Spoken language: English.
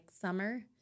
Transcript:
summer